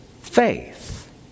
faith